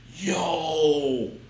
Yo